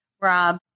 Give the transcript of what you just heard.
Rob